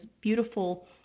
beautiful